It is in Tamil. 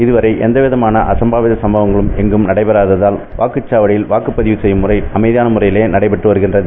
இதுவரை எந்தவிதமான அசம்பாவித சம்பவங்களும் ளங்கும் நடைபெறாததால் வாக்குச்சாவடியில் வாக்குப்பதிவு செய்யும் முறை அமைதியான முறையிலே நடைபெற்று வருகிறது